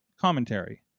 commentary